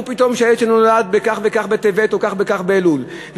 פתאום שהילד נולד בכך וכך בטבת או בכך וכך באלול,